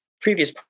previous